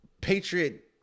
Patriot